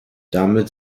damit